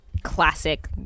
classic